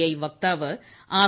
I വക്താവ് R